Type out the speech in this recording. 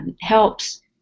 helps